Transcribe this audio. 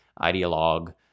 ideologue